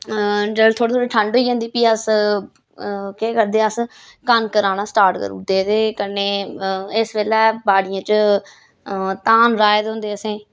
जेल्लै थोह्ड़ी थोह्ड़ी ठंड होई जंदी फ्ही अस केह् करदे अस कनक राह्ना स्टार्ट करु उड़दे ते कन्नै इस बेल्लै बाड़ियें च धान राहे दे होंदे असें